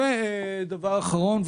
דבר אחרון,